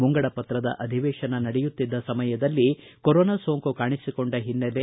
ಮುಂಗಡಪತ್ರದ ಅಧಿವೇಶನ ನಡೆಯುತ್ತಿದ್ದ ಸಮಯದಲ್ಲಿ ಕೊರೋನಾ ಸೋಂಕು ಕಾಣಿಸಿಕೊಂಡ ಹಿನ್ನೆಲೆಯಲ್ಲಿ